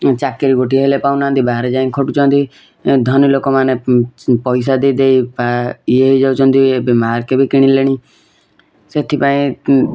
ଚାକିରୀ ଗୋଟିଏ ହେଲେ ପାଉନାହାଁନ୍ତି ବାହାରେ ଯାଇକି ଖଟୁଛନ୍ତି ଧନୀ ଲୋକମାନେ ପଇସା ଦେଇ ଦେଇ ପା ୟେ ହେଇ ଯାଉଛନ୍ତି ଏବେ ମାର୍କ ବି କିଣିଲେଣି ସେଥିପାଇଁ